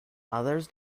others